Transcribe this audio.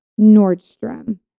Nordstrom